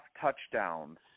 touchdowns